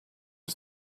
its